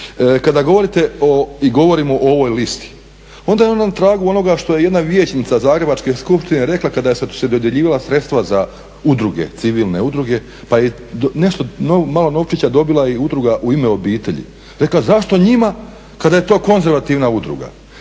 kada govorimo o ovoj listi onda je ona na tragu onoga što je jedna vijećnica zagrebačke skupštine rekla kada su se dodjeljivala sredstva za udruge, civilne udruge pa je nešto malo novčića dobila i udruga "U ime obitelji. Rekla je zašto njima kada je to konzervativna udruga.